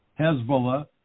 Hezbollah